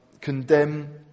condemn